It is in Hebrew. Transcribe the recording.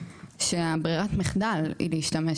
שברירת המחדל היא להשתמש